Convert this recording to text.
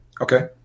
Okay